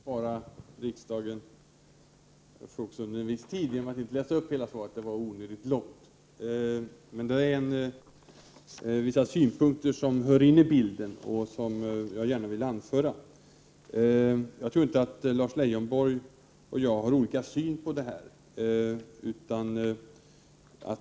Herr talman! Jag tänkte först att jag skulle spara riksdagen tid genom att inte läsa upp hela svaret; det var onödigt långt. Men där finns vissa synpunkter som hör till bilden och som jag gärna vill anföra. Jag tror inte att Lars Leijonborg och jag har olika syn på detta.